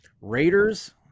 Raiders